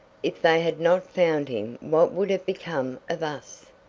if they had not found him what would have become of us?